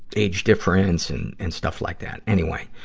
age difference, and and stuff like that. anyway,